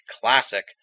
classic